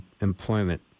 employment